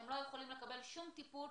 הם לא יכולים לקבל שום טיפול.